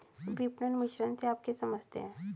विपणन मिश्रण से आप क्या समझते हैं?